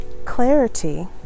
clarity